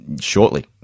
shortly